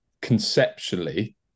conceptually